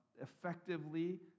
effectively